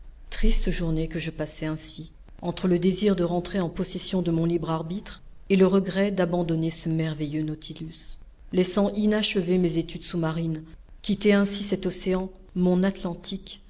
triste journée que je passai ainsi entre le désir de rentrer en possession de mon libre arbitre et le regret d'abandonner ce merveilleux nautilus laissant inachevées mes études sous-marines quitter ainsi cet océan mon atlantique